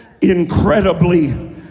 incredibly